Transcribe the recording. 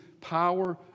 power